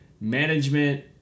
management